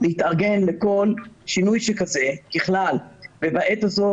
להתארגן לכל שינוי שכזה ככלל ובעת הזו,